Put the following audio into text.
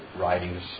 writings